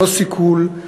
לא סיכול,